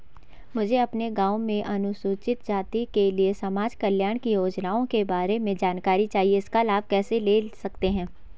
मुझे अपने गाँव में अनुसूचित जाति के लिए समाज कल्याण की योजनाओं के बारे में जानकारी चाहिए इसका लाभ कैसे ले सकते हैं?